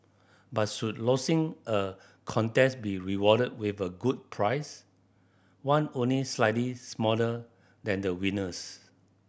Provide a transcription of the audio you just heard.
but should losing a contest be rewarded with a good prize one only slightly smaller than the winner's